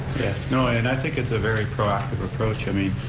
no, and i think it's a very proactive approach. i mean,